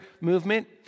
movement